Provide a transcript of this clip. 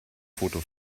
foto